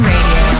Radio